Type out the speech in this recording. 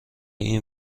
این